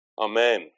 Amen